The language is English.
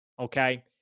okay